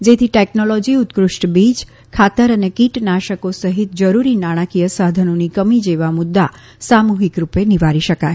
જેથી ટેકનોલોજી ઉત્કૃષ્ઠ બીજ ખાતર અને કીટનાશકો સહિત જરૂરી નાણાંકીથ સાધનોની કમી જેવા મુદ્રા સામુહીક રૂપે નિવારી શકાય